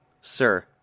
Sir